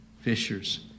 fishers